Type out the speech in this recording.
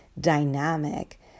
dynamic